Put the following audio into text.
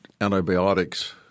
antibiotics